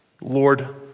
Lord